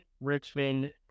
Richmond